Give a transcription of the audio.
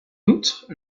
outre